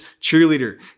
cheerleader